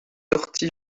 sorti